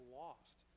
lost